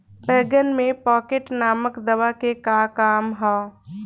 बैंगन में पॉकेट नामक दवा के का काम ह?